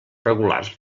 regulars